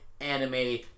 anime